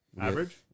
average